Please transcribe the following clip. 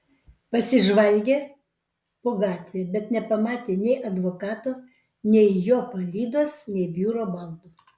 pasižvalgė po gatvę bet nepamatė nei advokato nei jo palydos nei biuro baldų